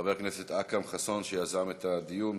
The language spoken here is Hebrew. חבר הכנסת אכרם חסון, שיזם את הדיון.